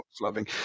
loving